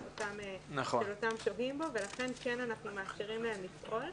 אותם שוהים בו ולכן אנחנו מאפשרים להם לפעול,